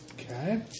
Okay